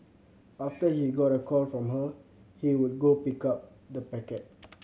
after he got a call from her he would go pick up the packet